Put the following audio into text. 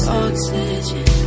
oxygen